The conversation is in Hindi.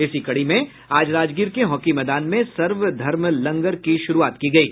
इसी कड़ी में आज राजगीर के हॉकी मैदान में सर्वधर्म लंगर की शुरूआत की गयी